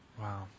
Wow